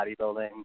bodybuilding